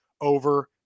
over